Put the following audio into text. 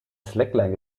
slackline